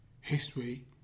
history